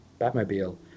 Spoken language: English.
Batmobile